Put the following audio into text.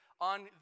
on